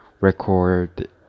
record